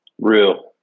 real